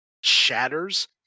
shatters